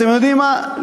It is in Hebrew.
אתם יודעים מה,